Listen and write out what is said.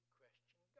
question